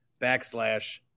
backslash